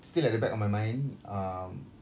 still at the back of my mind um